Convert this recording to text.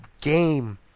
game